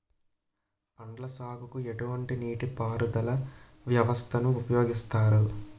పండ్ల సాగుకు ఎటువంటి నీటి పారుదల వ్యవస్థను ఉపయోగిస్తారు?